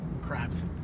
crabs